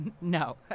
No